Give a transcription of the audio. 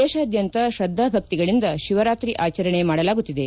ದೇಶಾದ್ಯಂತ ಶ್ರದ್ದಾ ಭಕ್ತಿಗಳಿಂದ ಶಿವರಾತ್ರಿ ಆಚರಣೆ ಮಾಡಲಾಗುತ್ತಿದೆ